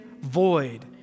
void